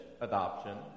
adoption